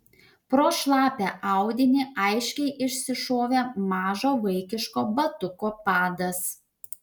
pro šlapią audinį aiškiai išsišovė mažo vaikiško batuko padas